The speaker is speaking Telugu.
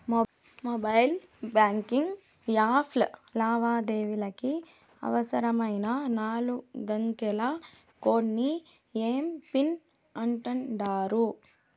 మొబైల్ బాంకింగ్ యాప్ల లావాదేవీలకి అవసరమైన నాలుగంకెల కోడ్ ని ఎమ్.పిన్ అంటాండారు